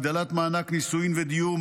הגדלת מענק נישואים ודיור,